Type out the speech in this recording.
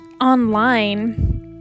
online